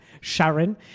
Sharon